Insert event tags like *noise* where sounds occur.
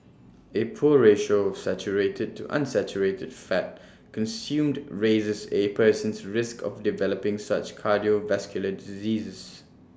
*noise* A poor ratio of saturated to unsaturated fat consumed raises A person's risk of developing such cardiovascular diseases